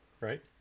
right